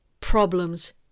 problems